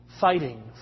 fighting